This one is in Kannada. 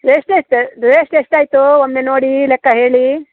ಎಷ್ಟು ಆಯ್ತು ಸರ್ ರೇಸ್ ಎಷ್ಟು ಆಯಿತು ಒಮ್ಮೆ ನೋಡಿ ಲೆಕ್ಕ ಹೇಳಿ